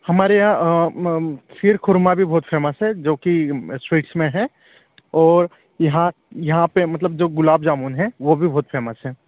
हमारे यहाँ खीर खुरमा भी बहुत फेमस है जो कि स्वीट्स में है और यहाँ यहाँ पर मतलब जो गुलाब जामुन है वो भी बहुत फेमस है